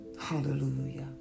Hallelujah